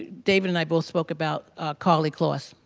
david and i both spoke about karlie kloss.